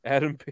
Adam